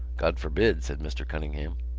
god forbid, said mr. cunningham.